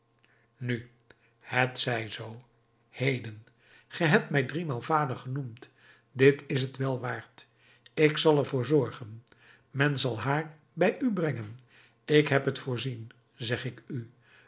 nu het zij zoo heden ge hebt mij driemaal vader genoemd dit is het wel waard ik zal er voor zorgen men zal haar bij u brengen ik heb het voorzien zeg ik u